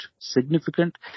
significant